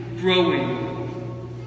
growing